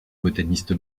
botaniste